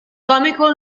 comico